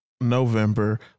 November